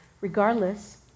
regardless